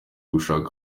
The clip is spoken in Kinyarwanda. ugushaka